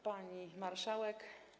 Pani Marszałek!